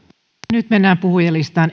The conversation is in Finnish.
nyt mennään puhujalistaan